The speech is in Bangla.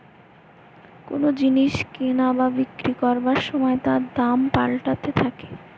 কোন জিনিস কিনা বা বিক্রি করবার সময় তার দাম পাল্টাতে থাকে